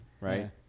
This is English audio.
right